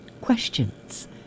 questions